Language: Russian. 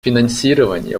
финансирование